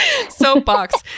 soapbox